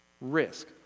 Risk